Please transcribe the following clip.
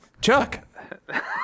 Chuck